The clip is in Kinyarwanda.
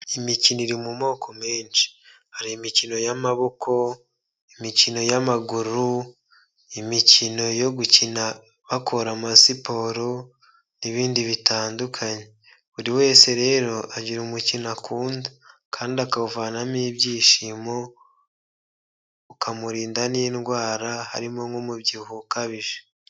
Imikino iri mu moko menshi hari imikino y'amaboko, imikino y'amaguru, imikino yo gukina bakora amasiporo n'ibindi bitandukanye buri wese rero agira umukino akunda kandi akawuvanamo ibyishimo ukamurinda n'indwara harimo nk'umubyibuho ukabije.